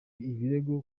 ibirego